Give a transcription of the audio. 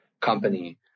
company